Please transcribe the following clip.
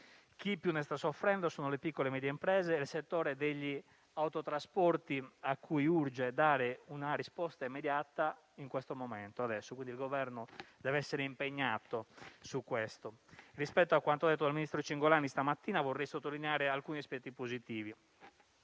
Chi più ne sta soffrendo sono le piccole e medie imprese nel settore degli autotrasporti, a cui urge dare una risposta immediata in questo momento. Il Governo, quindi, deve essere impegnato su questo. Rispetto a quanto detto dal ministro Cingolani questa mattina, vorrei sottolineare alcuni aspetti positivi.